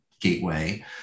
gateway